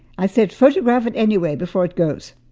i said, photograph it anyway, before it goes.